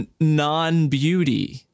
non-beauty